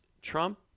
Trump